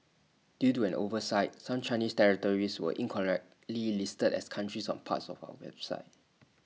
due to an oversight some Chinese territories were incorrectly listed as countries on parts of our website